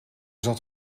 zat